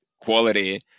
quality